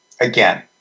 again